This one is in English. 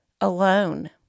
alone